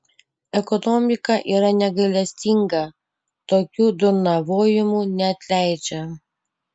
ekonomika yra negailestinga tokių durnavojimų neatleidžia